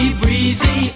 breezy